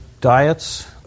diets